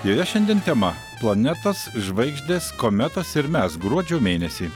joje šiandien tema planetos žvaigždės kometos ir mes gruodžio mėnesį